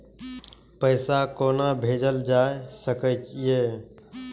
पैसा कोना भैजल जाय सके ये